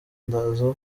ndaza